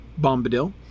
Bombadil